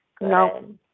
no